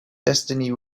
destiny